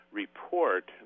report